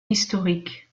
historiques